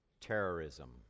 terrorism